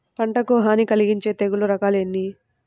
పంటకు హాని కలిగించే తెగుళ్ళ రకాలు ఎన్ని?